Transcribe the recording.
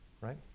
right